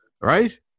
right